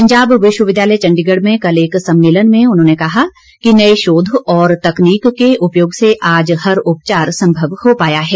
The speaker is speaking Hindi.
पंजाब विश्वविद्यालय चंडीगढ़ में कल एक सम्मेलन में उन्होंने कहा कि नए शोध और तकनीक के उपयोग से आज हर उपचार संभव हो पाया है